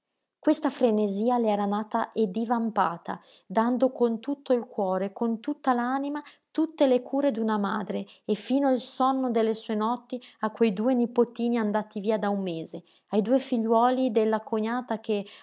questa frenesia le era nata e divampata dando con tutto il cuore con tutta l'anima tutte le cure d'una madre e fino il sonno delle sue notti a quei due nipotini andati via da un mese ai due figliuoli della cognata che